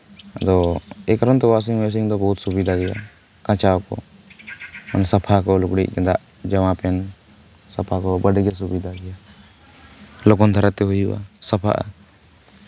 ᱟᱫᱚ ᱮᱭ ᱠᱟᱨᱚᱱᱛᱮ ᱳᱣᱟᱥᱤᱝ ᱢᱮᱹᱥᱤᱱ ᱫᱚ ᱵᱚᱦᱩᱫ ᱥᱩᱵᱤᱫᱷᱟ ᱜᱮᱭᱟ ᱠᱟᱸᱪᱟᱣ ᱠᱚ ᱢᱟᱱᱮ ᱥᱟᱯᱷᱟ ᱠᱚ ᱞᱩᱜᱽᱲᱤᱡ ᱜᱮᱸᱫᱟᱜ ᱡᱟᱢᱟ ᱯᱮᱱᱴ ᱥᱟᱯᱷᱟ ᱠᱚ ᱟᱹᱰᱤᱜᱮ ᱥᱩᱵᱤᱫᱷᱟ ᱜᱮᱭᱟ ᱞᱚᱜᱚᱱ ᱫᱷᱟᱨᱟᱛᱮ ᱦᱩᱭᱩᱜᱼᱟ ᱥᱟᱯᱷᱟᱜᱼᱟ